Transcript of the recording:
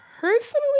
personally